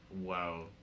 Wow